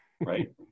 right